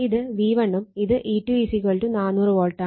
ഇത് V1 ഉം ഇത് E2 400 വോൾട്ടാണ്